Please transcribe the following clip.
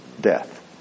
death